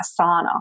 asana